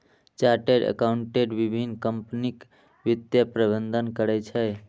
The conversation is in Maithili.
चार्टेड एकाउंटेंट विभिन्न कंपनीक वित्तीय प्रबंधन करै छै